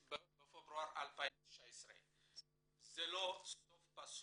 בפברואר 2019. זה לא סוף פסוק,